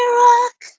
rock